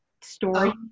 story